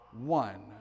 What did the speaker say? one